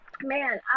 Man